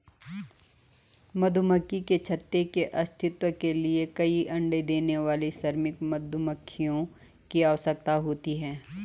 मधुमक्खी के छत्ते के अस्तित्व के लिए कई अण्डे देने वाली श्रमिक मधुमक्खियों की आवश्यकता होती है